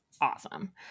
Awesome